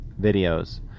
videos